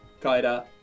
Kaida